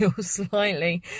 slightly